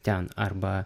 ten arba